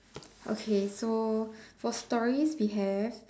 okay so for stories we have